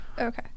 okay